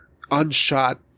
unshot